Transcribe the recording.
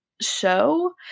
show